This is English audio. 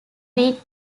been